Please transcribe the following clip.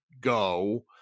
go